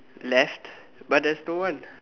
left but there's no one